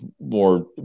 more